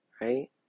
right